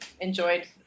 enjoyed